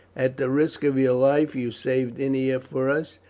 at the risk of your life, you saved ennia for us,